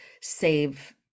save